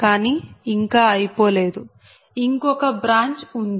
కానీ ఇంకా అయిపోలేదు ఇంకొక బ్రాంచ్ ఉంది